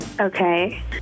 Okay